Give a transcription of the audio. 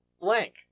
blank